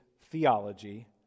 theology